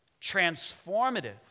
Transformative